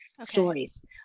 stories